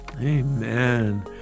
amen